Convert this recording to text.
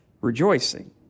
rejoicing